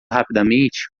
rapidamente